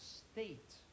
state